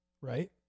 right